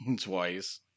twice